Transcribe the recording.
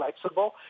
flexible